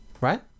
right